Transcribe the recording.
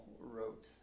wrote